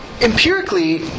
Empirically